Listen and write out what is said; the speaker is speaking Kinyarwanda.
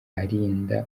arinda